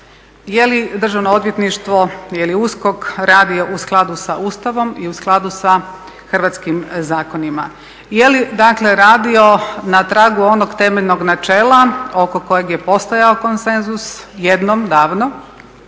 jeli Državno odvjetništvo, jeli USKOK radio u skladu sa Ustavom i u skladu sa hrvatskim zakonima, jeli radio na tragu onog temeljnog načela oko kojeg je postojao konsenzus jednom davno